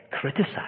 criticize